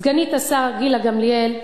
סגנית השר גילה גמליאל,